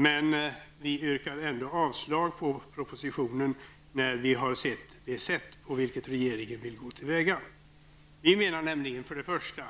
Men vi yrkar ändå avslag på propositionen när vi har sett på vilket sätt regeringen vill gå till väga. Vi menar nämligen för det första